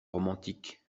romantiques